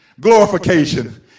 glorification